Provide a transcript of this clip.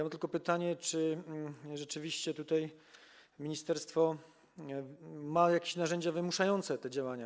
Mam tylko pytanie: Czy rzeczywiście tutaj ministerstwo ma jakieś narzędzia wymuszające te działania?